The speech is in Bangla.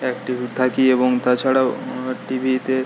অ্যাক্টিভ থাকি এবং তাছাড়াও টি ভিতে